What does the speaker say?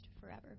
forever